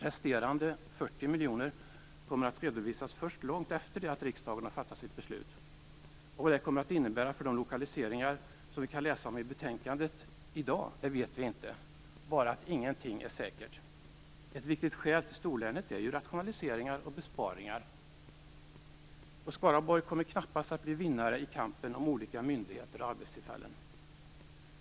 Resterande 40 miljoner kronor kommer att redovisas först långt efter det att riksdagen har fattat sitt beslut. Vad det kommer att innebära för de lokaliseringar vi kan läsa om i betänkandet i dag vet vi inte - bara att ingenting är säkert. Ett viktigt skäl till storlänet är ju rationaliseringar och besparingar. Skaraborg kommer knappast att bli vinnare i kampen om olika myndigheter och arbetstillfällen.